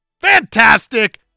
Fantastic